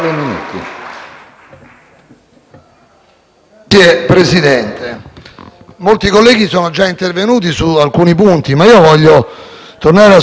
Signor Presidente, molti colleghi sono già intervenuti su alcuni punti, ma io voglio tornare a sottolinearne alcuni,